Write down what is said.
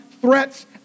threats